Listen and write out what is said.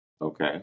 Okay